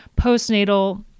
postnatal